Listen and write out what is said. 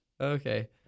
Okay